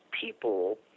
people